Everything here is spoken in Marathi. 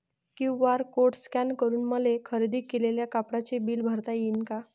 क्यू.आर कोड स्कॅन करून मले खरेदी केलेल्या कापडाचे बिल भरता यीन का?